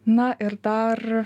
na ir dar